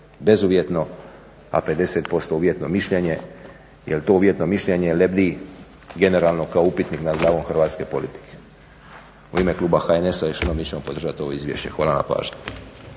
bezuvjetno, a 50% uvjetno mišljenje jer to uvjetno mišljenje lebdi generalno kao upitnik nad glavom hrvatske politike. U ime kluba HNS-a još jednom mi ćemo podržati ovo izvješće. Hvala na pažnji.